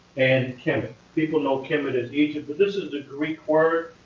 and kemet. people know kemet as egypt. but this is the greek word.